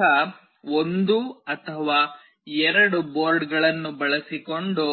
ಕನಿಷ್ಠ ಒಂದು ಅಥವಾ ಎರಡು ಬೋರ್ಡ್ಗಳನ್ನು ಬಳಸಿಕೊಂಡು